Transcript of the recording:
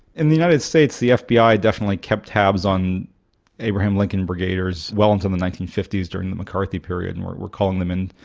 in the united states the fbi definitely kept tabs on abraham lincoln brigaders well into the nineteen fifty s during the mccarthy period, and were were calling them in,